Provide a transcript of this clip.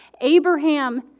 Abraham